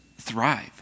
thrive